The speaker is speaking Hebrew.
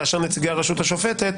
כאשר נציגי הרשות השופטת,